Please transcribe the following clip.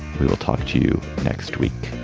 we will talk to you next week